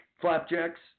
flapjacks